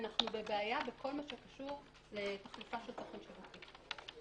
אנחנו בבעיה בכל הקשור לתוכן שיווקי.